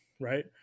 right